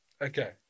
Okay